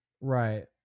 Right